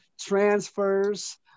transfers